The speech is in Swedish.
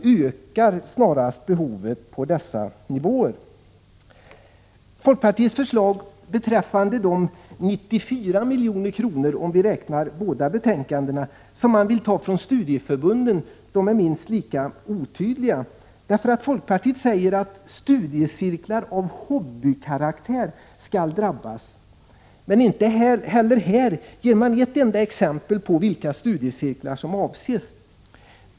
1986/87:127 ökar behovet av undervisning på dessa nivåer. 20 maj 1987 Folkpartiets förslag beträffande de 94 miljoner — om vi räknar med båda betänkandena — som man vill ta från studieförbunden är minst lika otydliga. Folkpartiet säger att det är studiecirklar av hobbykaraktär som skall drabbas. Men inte heller här ger man ett enda exempel på vilka studiecirklar som avses.